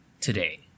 today